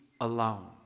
alone